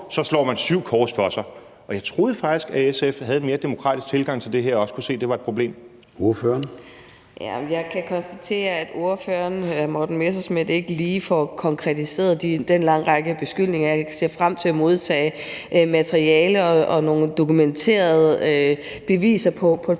så slår man syv kors for sig. Og jeg troede faktisk, at SF havde en mere demokratisk tilgang til det her og også kunne se, at det var et problem. Kl. 20:33 Formanden (Søren Gade): Ordføreren. Kl. 20:33 Charlotte Broman Mølbæk (SF): Jeg kan konstatere, at ordføreren, hr. Morten Messerschmidt, ikke lige får konkretiseret den lange række beskyldninger. Jeg vil se frem til at modtage materiale og nogle dokumenterede beviser på de